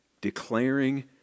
declaring